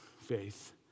faith